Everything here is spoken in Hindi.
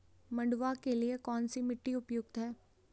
मंडुवा के लिए कौन सी मिट्टी उपयुक्त है?